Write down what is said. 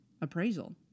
appraisal